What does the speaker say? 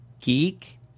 geek